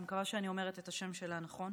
אני מקווה שאני אומרת את השם שלה נכון,